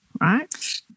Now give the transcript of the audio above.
right